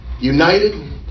united